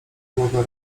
głowę